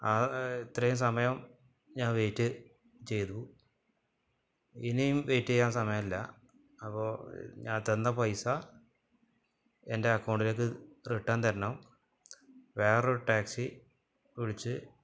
ആകെ ഇത്രയും സമയം ഞാന് വെയ്റ്റ് ചെയ്തു ഇനിയും വെയ്റ്റ് ചെയ്യാന് സമയമില്ല അപ്പോള് ഞാന് തന്ന പൈസ എന്റെ അക്കൗണ്ടിലേക്ക് റിട്ടേണ് തരണം വേറൊരു ടാക്സി വിളിച്ച്